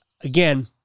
Again